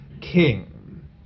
King